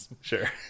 Sure